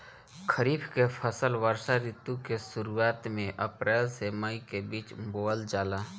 खरीफ के फसल वर्षा ऋतु के शुरुआत में अप्रैल से मई के बीच बोअल जाला